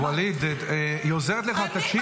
ווליד, היא עוזרת לך, תקשיב לה.